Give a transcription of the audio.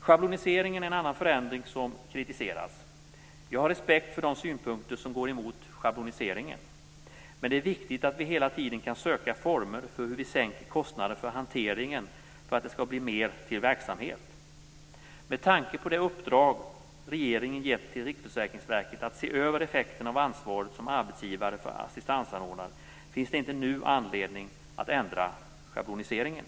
Schabloniseringen är en annan förändring som kritiseras. Jag har respekt för de synpunkter som går emot schabloniseringen. Men det är viktigt att vi hela tiden kan söka former för hur vi sänker kostnaderna för hanteringen så att det skall bli mer till verksamhet. Med tanke på det uppdrag regeringen gett till Riksförsäkringsverket att se över effekterna av ansvaret som arbetsgivare för assistansanordnare finns det inte nu anledning att ändra schabloniseringen.